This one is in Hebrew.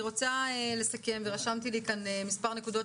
אני רוצה לסכם ורשמתי לי כאן מספר נקודות